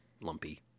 lumpy